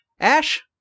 Ash